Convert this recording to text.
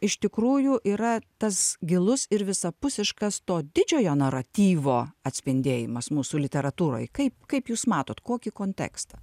iš tikrųjų yra tas gilus ir visapusiškas to didžiojo naratyvo atspindėjimas mūsų literatūroj kaip kaip jūs matot kokį kontekstą